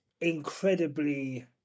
incredibly